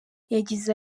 yagize